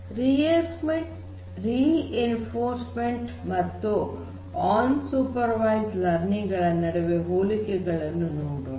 reinforcement learning ಮತ್ತು unsupervised learning ಗಳ ನಡುವಿನ ಹೋಲಿಕೆಗಳನ್ನು ನೋಡೋಣ